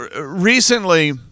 recently